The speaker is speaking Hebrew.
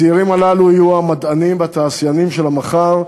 הצעירים הללו יהיו המדענים והתעשיינים של המחר,